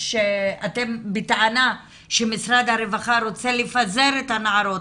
אתם בטענה שמשרד הרווחה רוצה לפזר את הנערות